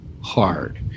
hard